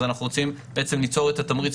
אז אנחנו רוצים ליצור את התמריץ,